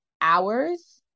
hours